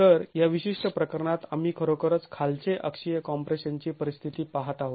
तर या विशिष्ट प्रकरणात आम्ही खरोखर खालचे अक्षीय कॉम्प्रेशनची परिस्थिती पाहत आहोत